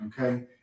okay